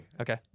Okay